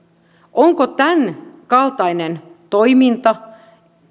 onko tämänkaltainen toiminta